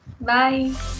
Bye